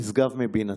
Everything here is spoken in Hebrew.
נשגב מבינתי.